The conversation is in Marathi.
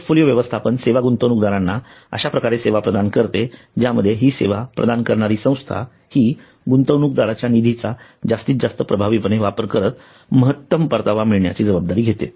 पोर्टफोलिओ व्यवस्थापन सेवा गुंतवणूकदारांना अश्याप्रकारे सेवा प्रदान करते ज्यामध्ये हि सेवा प्रदान करणारी संस्था हि गुंतवणूकदाच्या निधीचा जास्तीत जास्त प्रभावीपणे वापर करत महत्तम परतावा मिळण्याची जबाबदारी घेते